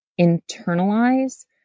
internalize